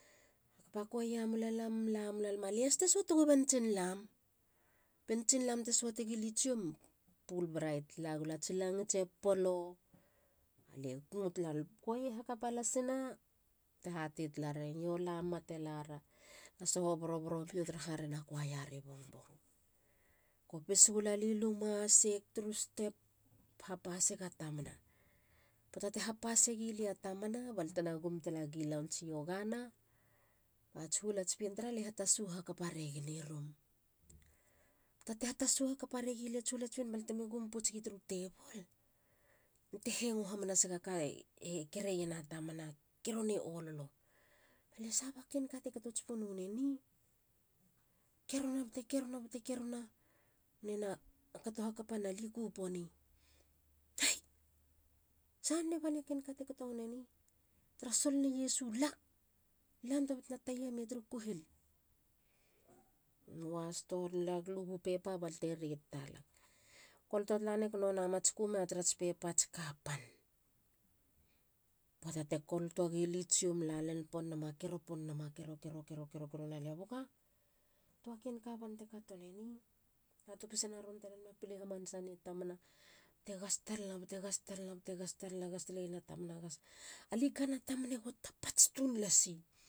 Hakapa choir mula lam. lamula. lia has te suategu bentsin lamp. bentsin lamp te suategi lie tsiom. pul brait. lagula tsi langits e polo balie gum talag. choir hakapa lasina balte hate tala ragen yo lamuma te lara. na soho bor- boro mio taraha rena choir ri mahu. Kopis gula lie luma. seik turu step. hapasega tamana. puata te hapase gilia tamana balte na gum talagi launch i yogana. bats huol ats pien tar. alie hatasu hakape rayen i rum. Puata te hatasu hakapa regi liats huol ats pien balte mi gum pouts gi turu teibol. bete hengo hamanase iega ka e kere iena tamana. keroni ololo. balia sahaba ken ka te katots pon waneni? Kerona bete kerona. bete kerona. nena kato hakapa nali kuponi. Hey!!Sahane bane aken ka te kato waneni? Tara solone iesu,. la!!Lantua batena tayamia turu kuhil muahas ton lugu pepa bete rit talag. koloto talaneg nonna mats kuma tarats pepa tsi kapan. Puata te koloto gi lia tsiom. lalel pon nama. kero pon nama. paipalan tua puata. Boka! Tua ken ka ban te kato neni. ha topisana ron te lanama. pile hamansana nei tamana. bate gas talana. gas tala iena tamana. Ali kana tamana go tapats tun lasi.